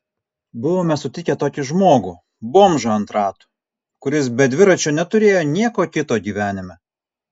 buvome sutikę tokį žmogų bomžą ant ratų kuris be dviračio neturėjo nieko kito gyvenime